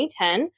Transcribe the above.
2010